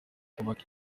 kubaka